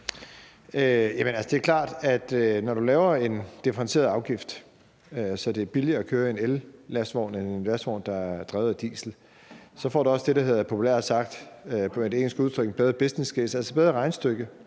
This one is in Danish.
det er klart, at når du laver en differentieret afgift, så det er billigere at køre i en ellastvogn end en lastvogn, der er drevet af diesel, så får du også det, der populært sagt med et engelsk udtryk hedder en bedre businesscase, altså et regnestykke